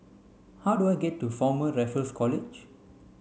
how do I get to Former Raffles College